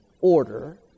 order